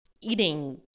eating